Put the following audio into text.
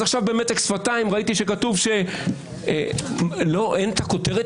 אז עכשיו במתק שפתיים ראיתי שאין את הכותרת